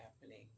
happening